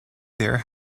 there